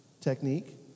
technique